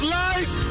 life